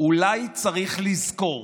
"אולי צריך לזכור